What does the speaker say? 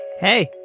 Hey